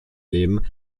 leben